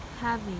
heavy